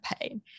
pain